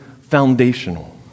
foundational